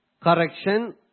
correction